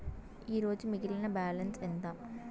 ఈరోజు మిగిలిన బ్యాలెన్స్ ఎంత?